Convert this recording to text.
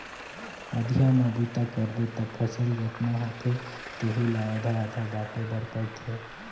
अधिया म बूता करबे त फसल जतना होथे तेहू ला आधा आधा बांटे बर पड़थे